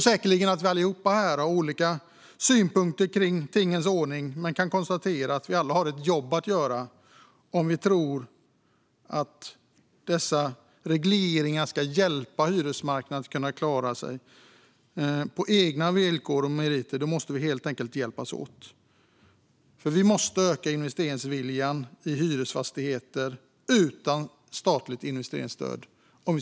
Säkert har vi alla olika synpunkter på tingens ordning, men ska hyresmarknaden klara sig på egna villkor och meriter måste vi hjälpas åt. Om vi ska klara oss i framtiden måste vi öka investeringsviljan i hyresfastigheter utan statligt investeringsstöd.